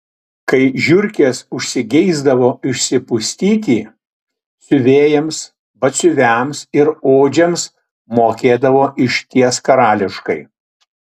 kai žiurkės užsigeisdavo išsipustyti siuvėjams batsiuviams ir odžiams mokėdavo išties karališkai